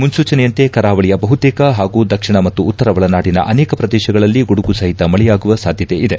ಮುನ್ನೂಚನೆಯಂತೆ ಕರಾವಳಿಯ ಬಹುತೇಕ ಹಾಗೂ ದಕ್ಷಿಣ ಮತ್ತು ಉತ್ತರ ಒಳನಾಡಿನ ಅನೇಕ ಪ್ರದೇಶಗಳಲ್ಲಿ ಗುಡುಗು ಸಹಿತ ಮಳೆಯಾಗುವ ಸಾಧ್ಯತೆ ಇದೆ